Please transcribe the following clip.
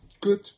Good